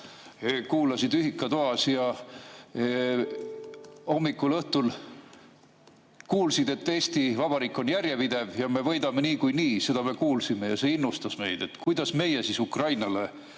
kuulasid ühikatoas ja hommikul-õhtul kuulsid, et Eesti Vabariik on järjepidev ja me võidame niikuinii. Seda me kuulsime ja see innustas meid. Kuidas meie siis Ukrainale